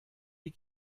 die